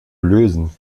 lösen